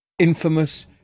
Infamous